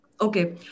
okay